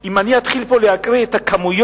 אם אני אתחיל לקרוא פה את הכמויות,